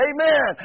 Amen